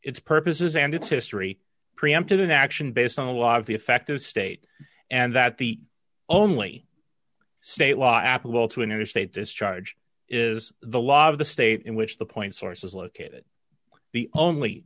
its purpose is and its history preempted an action based on a lot of the effect of state and that the only state law apple to interstate discharge is the law of the state in which the point source is located the only